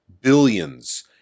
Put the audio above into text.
billions